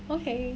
okay